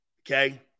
okay